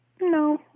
no